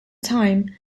time